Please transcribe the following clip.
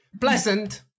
pleasant